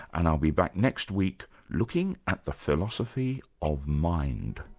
and i'll be back next week looking at the philosophy of mind.